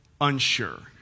unsure